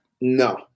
No